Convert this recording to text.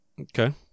Okay